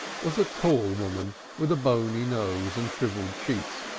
was a tall woman with a bony nose and shrivelled cheeks,